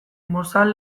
mozal